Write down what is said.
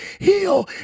heal